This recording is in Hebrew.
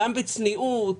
בצניעות,